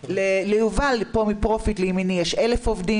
ליובל פה מפרופיט לימיני יש 1,000 עובדים,